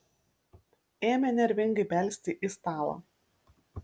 ėmė nervingai belsti į stalą